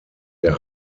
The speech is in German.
der